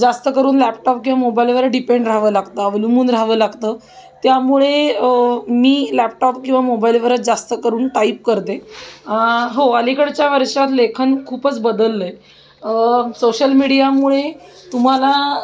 जास्त करून लॅपटॉप किंवा मोबाईलवर डिपेंड राहावं लागतं अवलंबून राहावं लागतं त्यामुळे मी लॅपटॉप किंवा मोबाईलवरच जास्त करून टाईप करते हो अलीकडच्या वर्षात लेखन खूपच बदललं आहे सोशल मीडियामुळे तुम्हाला